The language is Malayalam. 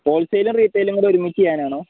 ഹോൾസെയിലും റീടൈയിലും കൂടെ ഒരുമിച്ച് ചെയ്യാനാണോ